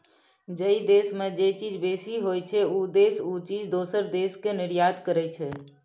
जइ देस में जे चीज बेसी होइ छइ, उ देस उ चीज दोसर देस के निर्यात करइ छइ